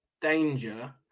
Danger